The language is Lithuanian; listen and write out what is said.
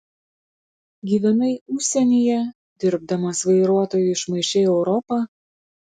gyvenai užsienyje dirbdamas vairuotoju išmaišei europą